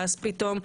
ואז פתאום,